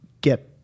get